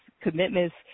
commitments